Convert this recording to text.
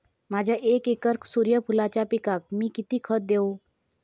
माझ्या एक एकर सूर्यफुलाच्या पिकाक मी किती खत देवू?